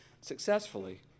successfully